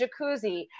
jacuzzi